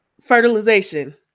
fertilization